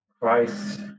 Christ